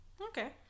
Okay